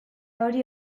hori